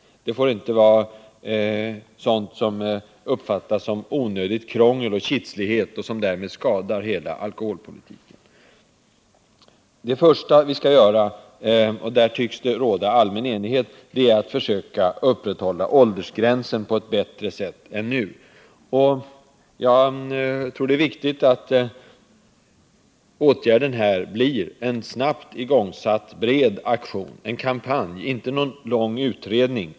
Man får inte uppfatta bestämmelserna som onödigt krångel och kitslighet — det skadar förtroendet för hela alkoholpolitiken. Det första vi skall göra — och härvidlag tycks det råda allmän enighet —är att försöka upprätthålla åldersgränsen bättre än nu. Jag tror att det är viktigt att det blir en snabbt igångsatt bred aktion, en kampanj och inte någon lång utredning.